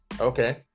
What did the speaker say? Okay